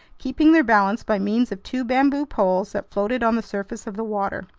keeping their balance by means of two bamboo poles that floated on the surface of the water.